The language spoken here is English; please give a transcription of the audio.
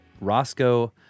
Roscoe